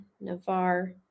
Navarre